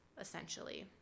essentially